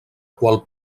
qual